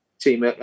team